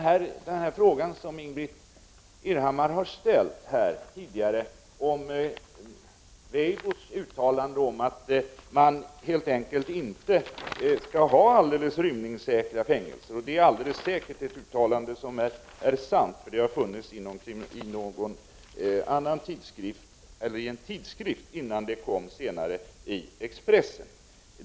Ingbritt Irhammar ställde tidigare en fråga angående Björn Weibos uttalande om att man helt enkelt inte skall ha alldeles rymningssäkra fängelser. Detta uttalande är alldeles säkert korrekt, eftersom det har förekommit i en tidskrift innan det senare kom med i Expressen.